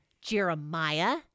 Jeremiah